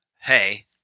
Hey